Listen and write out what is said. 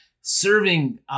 serving